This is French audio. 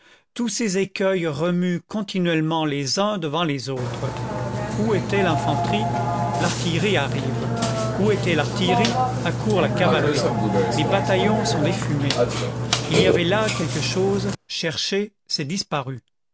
tous ces écueils remuent continuellement les uns devant les autres où était l'infanterie l'artillerie arrive où était l'artillerie accourt la cavalerie les bataillons sont des fumées il y avait là quelque chose cherchez c'est disparu